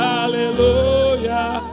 Hallelujah